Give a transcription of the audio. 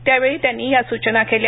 त्यावेळी त्यांनी या सूचना केल्या